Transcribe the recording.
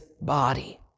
body